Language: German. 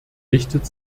richtet